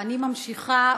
אני ממשיכה,